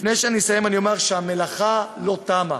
לפני שאני אסיים אני אומר שהמלאכה לא תמה.